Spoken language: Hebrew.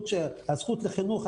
הזכות לחינוך,